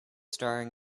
staring